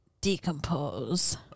decompose